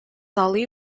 ali